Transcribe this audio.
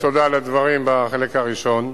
תודה על הדברים בחלק הראשון.